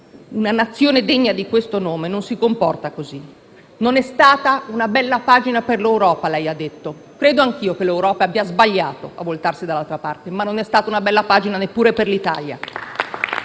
una Nazione degna di questo nome non si comporta così. Lei ha detto che non è stata una bella pagina per l'Europa. Credo anche io che l'Europa abbia sbagliato a voltarsi dall'altra parte, ma non è stata una bella pagina neppure per l'Italia.